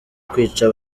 kwica